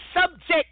subject